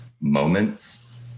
moments